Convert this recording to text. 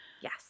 Yes